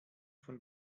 von